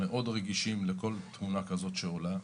מאוד רגישים לתמונות שעולות.